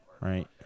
Right